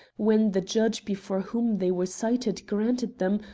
when the judge before whom they were cited granted them,